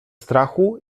strachu